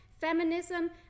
feminism